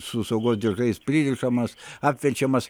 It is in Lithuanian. su saugos diržais pririšamas apverčiamas